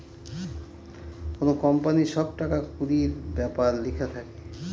কোনো কোম্পানির সব টাকা কুড়ির ব্যাপার লেখা থাকে